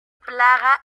plaga